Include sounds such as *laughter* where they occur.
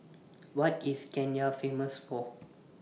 *noise* What IS Kenya Famous For